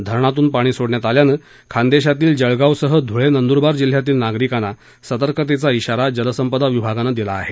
धरणातून पाणी सोडण्यात आल्यानं खान्देशातील जळगावसह धुळे नंदुरबार जिल्ह्यातील नागरिकांना सतर्कतेचा इशारा जलसंपदा विभागाकडून देण्यात आला आहे